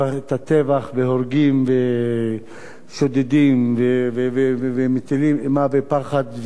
הטבח והורגים ושודדים ומטילים אימה ופחד,